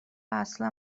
اصلا